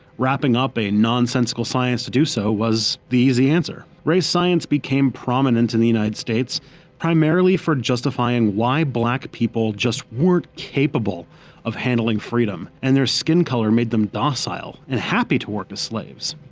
wrapping up a nonsensical science to do so was the easy answer. race science became prominent in the united states primarily for justifying why black people just weren't capable of handling freedom, and their skin colour made them docile and happy to work as slaves.